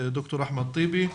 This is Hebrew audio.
ד"ר אחמד טיבי,